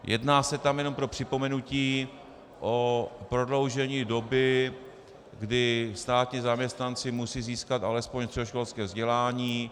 Jedná se tam, jenom pro připomenutí, o prodloužení doby, kdy státní zaměstnanci musí získat alespoň středoškolské vzdělání.